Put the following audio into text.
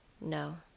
No